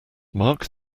mark